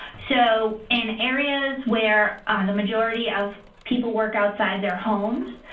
so in areas where the majority of people work outside their homes,